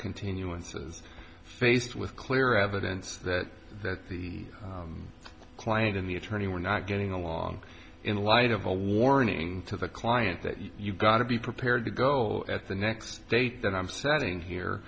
continuances faced with clear evidence that the client and the attorney were not getting along in light of a warning to the client that you've got to be prepared to go at the next date that i'm saddened here